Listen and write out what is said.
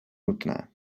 nutné